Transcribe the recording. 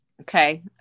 Okay